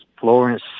Florence